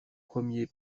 premier